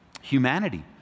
humanity